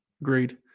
Agreed